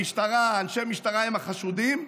המשטרה, אנשי משטרה הם החשודים,